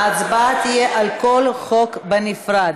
ההצבעה תהיה על כל חוק בנפרד.